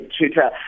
Twitter